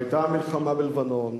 והיתה המלחמה בלבנון,